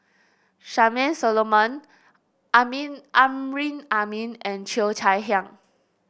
Charmaine Solomon Amin Amrin Amin and Cheo Chai Hiang